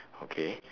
okay